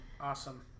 awesome